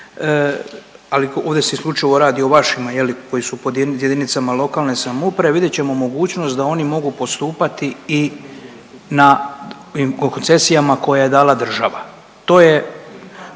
ali ovdje se isključivo radi o vašima je li koji su pod jedinicama lokalne samouprave, vidjet ćemo mogućnost da oni mogu postupati i na koncesijama koje je dala država i